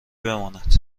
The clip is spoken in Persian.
بماند